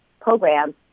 programs